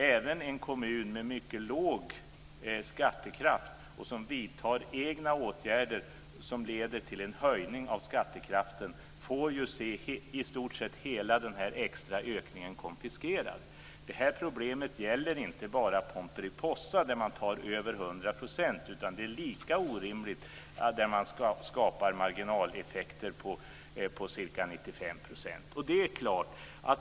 Även en kommun med mycket låg skattekraft som vidtar egna åtgärder som leder till en höjning av skattekraften får se i stort sett hela den extra ökningen konfiskerad. Det här problemet gäller inte bara pomperipossaeffekten, som innebär att man tar över 100 % av inkomstökningen, utan det skapas också lika orimliga marginaleffekter om ca 95 %.